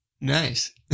Nice